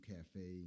Cafe